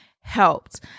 helped